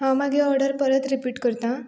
हांव मागीर ऑर्डर परत रिपिट करतां